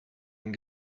and